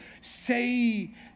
say